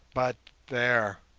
but there!